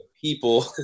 People